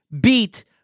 beat